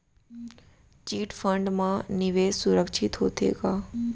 Chit fund मा निवेश सुरक्षित होथे का?